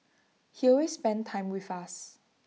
he always spent time with us